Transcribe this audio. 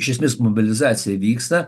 iš esmės mobilizacija vyksta